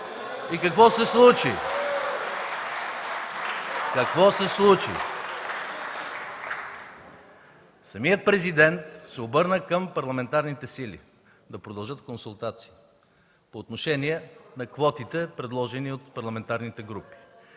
от КБ.) Какво се случи! Самият президент се обърна към парламентарните сили да продължат консултации по отношение на квотите, предложени от парламентарните групи.